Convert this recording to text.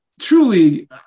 truly